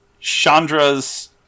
Chandra's